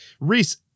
reese